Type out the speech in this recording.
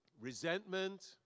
resentment